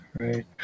Right